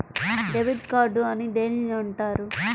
Debit card అని దేనిని అంటారు?